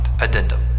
Addendum